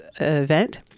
event